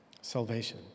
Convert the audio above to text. Salvation